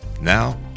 Now